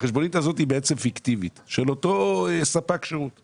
והחשבונית של אותו ספק שירות היא פיקטיבית,